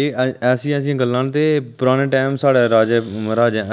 एह् ऐसियां ऐसियां गल्लां न ते पराने टाइम साढ़े राजें महाराजें